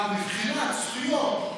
אבל מבחינת זכויות,